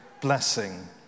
blessing